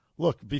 Look